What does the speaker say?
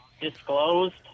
disclosed